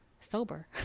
sober